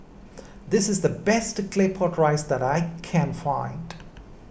this is the best Claypot Rice that I can find